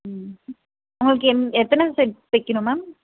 ம் உங்களுக்கு எந் எத்தனை செட்ஸ் தைக்கணும் மேம்